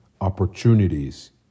opportunities